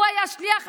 הוא היה שליח ה',